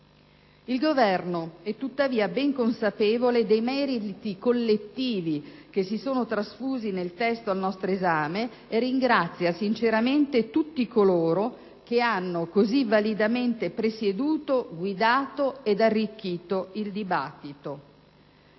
Il Governo è, tuttavia, ben consapevole dei meriti collettivi che si sono trasfusi nel testo al nostro esame, e ringrazia sinceramente tutti coloro che hanno così validamente presieduto, guidato ed arricchito il dibattito.